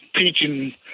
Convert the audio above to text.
teaching